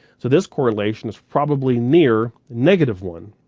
so this correlation is probably near near sort of one.